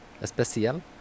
especial